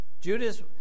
Judas